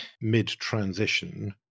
mid-transition